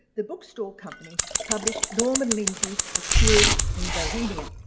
the bookstalle company published norman lindsay's a curate in bohemia.